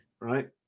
Right